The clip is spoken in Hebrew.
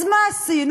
אז מה עשינו?